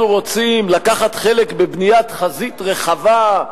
אנחנו רוצים לקחת חלק בבניית חזית רחבה,